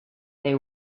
they